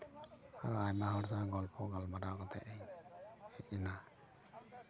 ᱟᱨ ᱟᱭᱢᱟ ᱦᱚᱲ ᱥᱟᱶ ᱜᱚᱞᱯᱚ ᱜᱟᱞᱢᱟᱨᱟᱣ ᱠᱟᱛᱮ ᱤᱧ ᱦᱮᱡ ᱮᱱᱟ